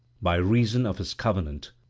by reason of his covenant,